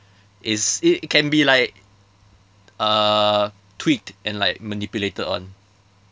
it's it it can be like uh tweaked and like manipulated on